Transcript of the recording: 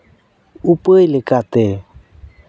ᱩᱯᱟᱹᱭ ᱞᱮᱠᱟᱛᱮ